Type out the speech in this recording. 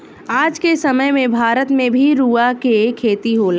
आज के समय में भारत में भी रुआ के खेती होता